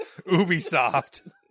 Ubisoft